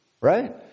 Right